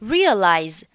Realize